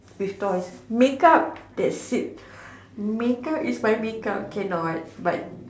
with toys make up that sits make up is my make up cannot but